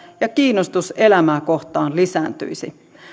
ja kiinnostus elämää kohtaan lisääntyisi